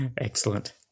Excellent